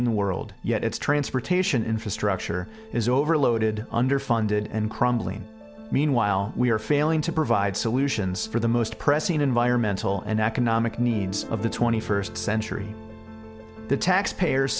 in the world yet its transportation infrastructure is overloaded underfunded and crumbling meanwhile we are failing to provide solutions for the most pressing environmental and economic needs of the twenty first century the taxpayer